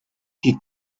qui